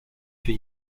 für